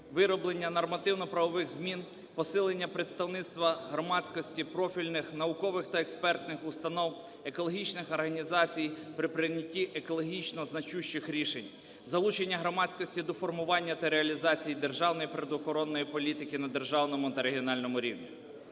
вироблення нормативно-правових змін, посилення представництва громадськості профільних, наукових та експертних установ, екологічних організацій при прийнятті екологічно значущих рішень; залучення громадськості до формування та реалізації державної природоохоронної політики на державному та регіональному рівні.